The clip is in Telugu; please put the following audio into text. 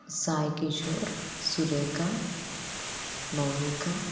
సాయి కిషోర్ సురేఖ మౌనిక